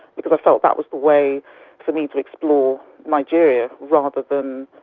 because i felt that was the way for me to explore nigeria, rather than,